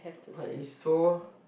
but is so